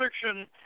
fiction